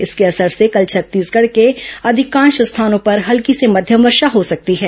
इसके असर से कल छत्तीसगढ़ के अधिकांश स्थानों पर हल्की से मध्यम वर्षा हो सकती है